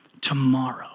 tomorrow